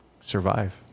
survive